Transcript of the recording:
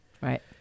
Right